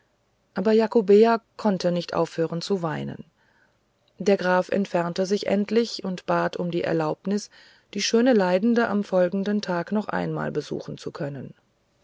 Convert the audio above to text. aber jakobea konnte nicht aufhören zu weinen der graf entfernte sich endlich und bat um die erlaubnis die schöne leidende am folgenden tage noch einmal besuchen zu können